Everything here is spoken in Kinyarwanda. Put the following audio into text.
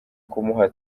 kumuha